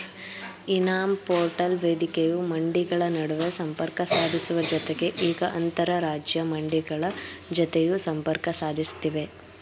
E NAM portal ವೇದಿಕೆಯು ಮಂಡಿಗಳ ನಡುವೆ ಸಂಪರ್ಕ ಸಾಧಿಸುವ ಜತೆಗೆ ಈಗ ಅಂತರರಾಜ್ಯ ಮಂಡಿಗಳ ಜತೆಯೂ ಸಂಪರ್ಕ ಸಾಧಿಸ್ತಿವೆ